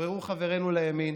יתעוררו חברינו לימין